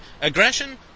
Aggression